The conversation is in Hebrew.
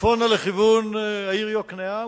צפונה לכיוון העיר יוקנעם.